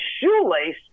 shoelace